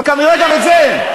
אבל כרגע גם את זה אין.